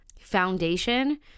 foundation